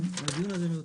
הדיון הזה מיותר.